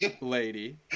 lady